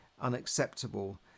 unacceptable